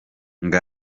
ngo